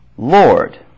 Lord